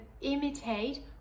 imitate